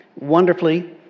wonderfully